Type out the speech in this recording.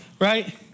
right